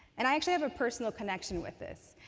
and i actually have a personal connection with this.